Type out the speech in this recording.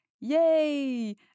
Yay